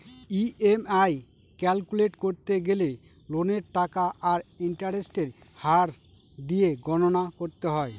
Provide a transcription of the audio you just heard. EMI calculate করতে গেলে লোনের টাকা আর ইন্টারেস্টের হার দিয়ে গণনা করতে হয়